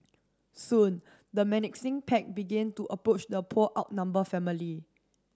soon the menacing pack began to approach the poor outnumbered family